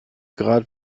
grad